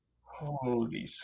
Holy